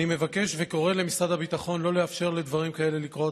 אני מבקש וקורא למשרד הביטחון לא לאפשר לדברים כאלה לקרות,